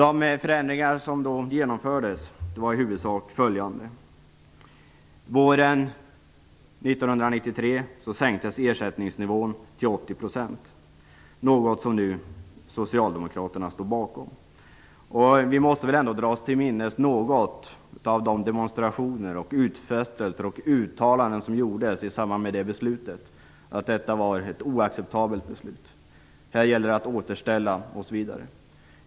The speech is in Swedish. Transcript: De förändringar som genomfördes var i huvudsak följande: 1. Våren 1993 sänktes ersättningsnivån till 80 %, något som Socialdemokraterna nu står bakom. Vi måste väl ändå något dra oss till minnes de demonstrationer, utfästelser och uttalanden som gjordes i samband med beslutet. Detta var ju ett oacceptabelt beslut. Här gällde det att återställa osv.